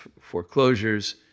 foreclosures